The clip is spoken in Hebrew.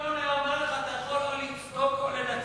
בן-גוריון היה אומר לך: אתה יכול להיות צודק או לנצח,